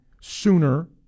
sooner